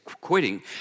quitting